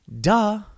Duh